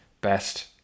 Best